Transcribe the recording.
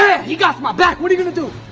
he gots my back! what are you gonna do!